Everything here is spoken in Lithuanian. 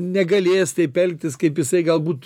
negalės taip elgtis kaip jisai galbūt